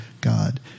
god